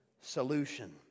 Solution